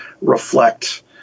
reflect